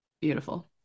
Beautiful